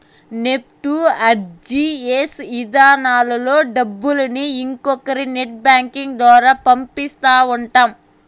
NEFT, RTGS ఇధానాల్లో డబ్బుల్ని ఇంకొకరి నెట్ బ్యాంకింగ్ ద్వారా పంపిస్తా ఉంటాం